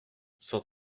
cent